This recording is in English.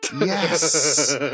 Yes